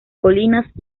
colinas